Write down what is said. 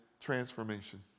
Transformation